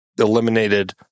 eliminated